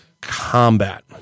combat